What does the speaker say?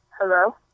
Hello